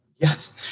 Yes